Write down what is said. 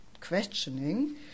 questioning